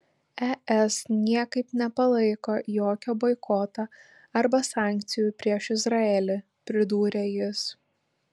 es niekaip nepalaiko jokio boikoto arba sankcijų prieš izraelį pridūrė jis